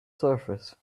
surface